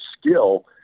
skill